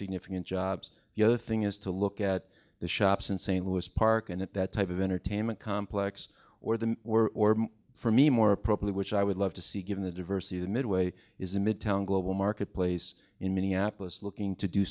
significant jobs the other thing is to look at the shops in st louis park and at that type of entertainment complex or the or for me more properly which i would love to see given the diversity that midway is a midtown global marketplace in minneapolis looking to do